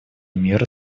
мир